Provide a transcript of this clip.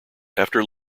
after